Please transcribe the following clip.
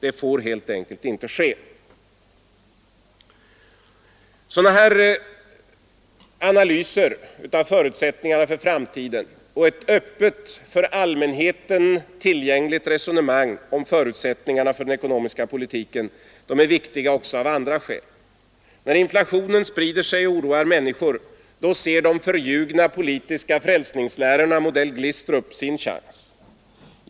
Det får helt enkelt inte ske. Sådana här analyser av förutsättningarna för framtiden och ett öppet, för allmänheten tillgängligt resonemang om förutsättningarna för den ekonomiska politiken är viktiga också av andra skäl. När inflationen sprider sig och oroar människor ser de förljugna politiska frälsningslärorna — modell Glistrup — sin chans.